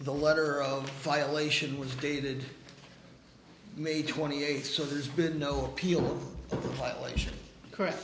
the letter of violation was dated may twenty eighth so there's been no appeal violation correct